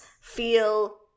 feel